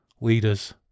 Leaders